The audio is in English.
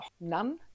None